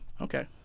Okay